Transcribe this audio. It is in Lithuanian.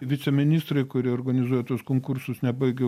viceministrai kurie organizuoja tuos konkursus nebaigę